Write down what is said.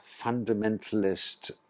fundamentalist